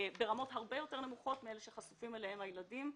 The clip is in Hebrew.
ברמות הרבה יותר נמוכות מאלה שחשופים אליהן הילדים,